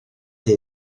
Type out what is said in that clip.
chi